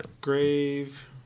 Grave